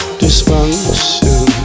dysfunction